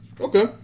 Okay